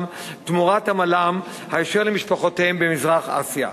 תמורת עמלם היישר למשפחותיהם במזרח-אסיה.